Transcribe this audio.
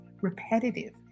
repetitive